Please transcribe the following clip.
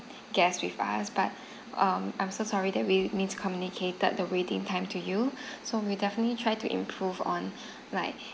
guests with us but um I'm so sorry that we needs to communicated the waiting time to you so we definitely try to improve on like